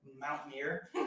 Mountaineer